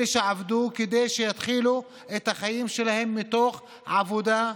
אלה שעבדו כדי שיתחילו את החיים שלהם מתוך עבודה,